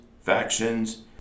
factions